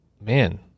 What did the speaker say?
Man